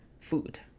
food